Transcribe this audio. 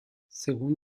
según